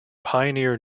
pioneer